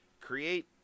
create